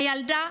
הילדה,